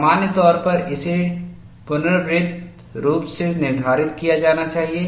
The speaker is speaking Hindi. सामान्य तौर पर इसे पुनरावृत्त रूप से निर्धारित किया जाना चाहिए